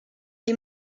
les